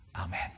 amen